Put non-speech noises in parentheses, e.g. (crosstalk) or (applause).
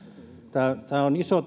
tämä huoli on iso (unintelligible)